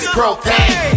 Propane